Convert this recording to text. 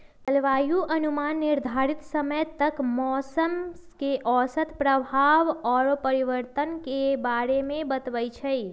जलवायु अनुमान निर्धारित समय तक मौसम के औसत प्रभाव आऽ परिवर्तन के बारे में बतबइ छइ